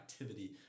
activity